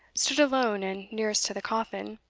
stood alone and nearest to the coffin,